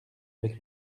avec